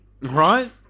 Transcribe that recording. Right